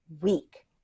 weak